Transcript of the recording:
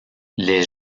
les